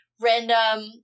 random